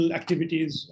activities